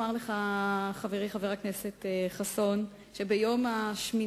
חבר הכנסת יואל חסון שאל את שר התעשייה,